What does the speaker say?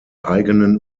eigenen